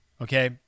Okay